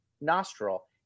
nostril